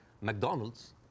mcdonald's